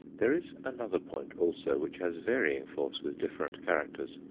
there is another point also, which has varying force with different characters.